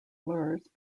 lures